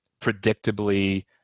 predictably